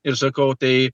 ir sakau tai